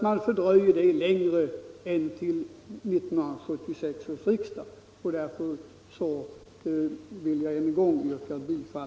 Därför vill jag än en gång yrka bifall till reservationen 5.